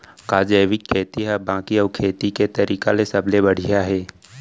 का जैविक खेती हा बाकी अऊ खेती के तरीका ले सबले बढ़िया हे?